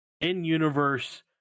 in-universe